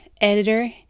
editor